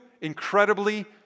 incredibly